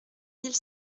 mille